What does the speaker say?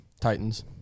Titans